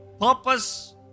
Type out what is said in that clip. purpose